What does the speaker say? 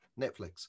Netflix